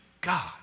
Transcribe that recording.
God